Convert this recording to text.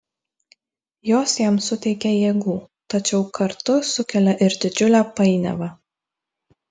jos jam suteikia jėgų tačiau kartu sukelia ir didžiulę painiavą